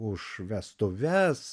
už vestuves